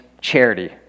Charity